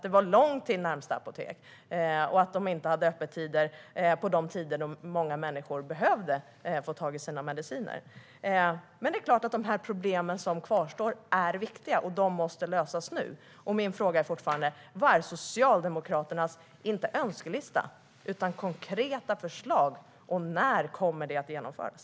Det var långt till närmaste apotek. De hade inte öppet på de tider då många människor behövde få tag i sina mediciner. Men det är klart att de problem som kvarstår är viktiga, och de måste lösas nu. Min fråga är fortfarande: Vad är Socialdemokraternas konkreta förslag - inte önskelista - och när kommer de att genomföras?